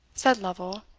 said lovel,